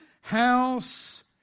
house